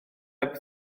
heb